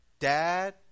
dad